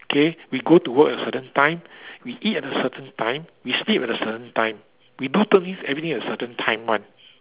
okay we go to work at a certain time we eat at a certain time we sleep at a certain time we do everything at a certain time one